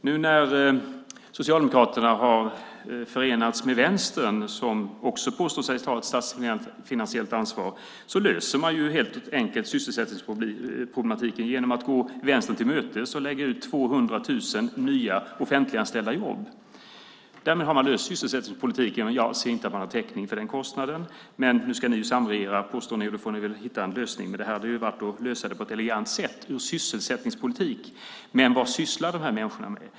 Nu när Socialdemokraterna har förenats med Vänstern som också påstår sig ta ett statsfinansiellt ansvar löser man helt enkelt sysselsättningsproblematiken genom att gå Vänstern till mötes och lägga ut 200 000 nya jobb i den offentliga sektorn. Därmed har man löst sysselsättningspolitiken. Jag ser inte att man har täckning för den kostnaden. Men nu ska ni samregera, påstår ni. Då får ni väl hitta en lösning. Det här hade varit att lösa det på ett elegant sätt när det gäller sysselsättningspolitiken. Men vad sysslar de människorna med?